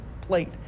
plate